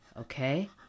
Okay